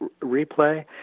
replay